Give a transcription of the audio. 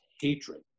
hatred